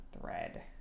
thread